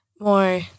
more